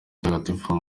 mutagatifu